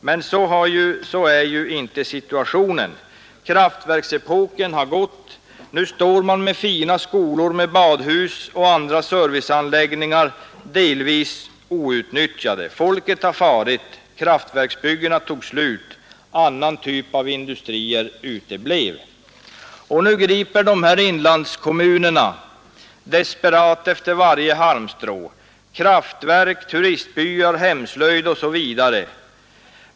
Men sådan är ju inte situationen. Kraftverksepoken har gått. Nu står man med fina skolor, badhus och andra serviceanläggningar delvis outnyttjade. Folket har farit. Kraftverksbyggena tog slut — andra typer av industri uteblev. Nu griper dessa inlandskommuner desperat efter varje halmstrå — kraftverk, turistbyar, hemslöjd osv.